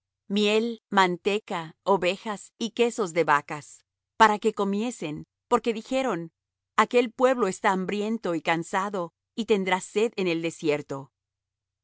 miel manteca ovejas y quesos de vacas para que comiesen porque dijeron aquel pueblo está hambriento y cansado y tendrá sed en el desierto